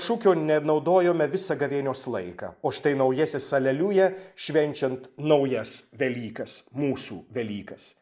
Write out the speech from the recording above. šūkio nenaudojome visą gavėnios laiką o štai naujasis aleliuja švenčiant naujas velykas mūsų velykas